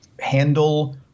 handle